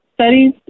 studies